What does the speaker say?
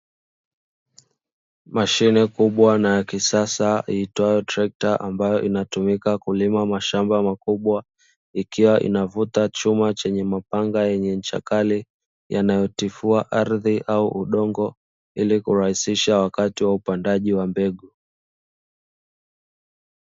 Mashine kubwa na ya kisasa iitwayo trekta ambayo inatumika kulima mashamba makubwa, ikiwa inavuta chuma chenye mapanga yenye ncha kale yanayotifua ardhi au udongo ili kurahisisha wakati wa upandaji wa mbegu.